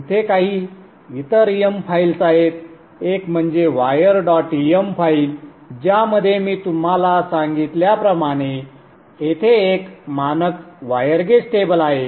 इथे काही इतर m फाईल्स आहेत एक म्हणजे वायर डॉट m फाइल ज्यामध्ये मी तुम्हाला सांगितल्याप्रमाणे आहे संदर्भ वेळ 1827 येथे एक मानक वायर गेज टेबल आहे